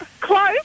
Close